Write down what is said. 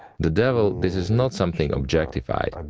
the devil, this is not something objectified, um